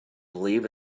believe